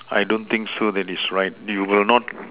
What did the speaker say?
I don't think so that is right you will not